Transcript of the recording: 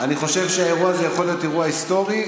אני חושב שהאירוע הזה יכול להיות אירוע היסטורי,